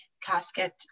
casket